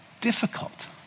difficult